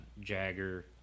Jagger